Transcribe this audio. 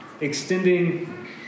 extending